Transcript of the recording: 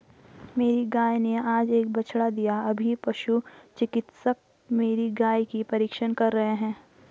मेरी गाय ने आज एक बछड़ा दिया अभी पशु चिकित्सक मेरी गाय की परीक्षण कर रहे हैं